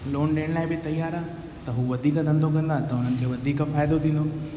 loan ॾियण लाइ बि तयारु आहे त उहे वधीक धंधो कंदा त उन्हनि खे वधीक फ़ाइदो थींदो